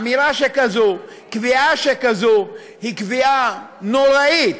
אמירה שכזאת, קביעה שכזאת, היא קביעה נוראית,